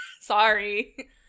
sorry